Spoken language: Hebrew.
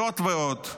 זאת ועוד,